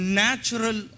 natural